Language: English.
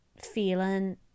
feeling